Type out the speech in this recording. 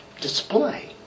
display